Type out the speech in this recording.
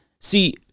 see